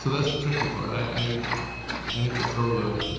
ah that's the tricky part. i hate to throw the